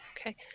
Okay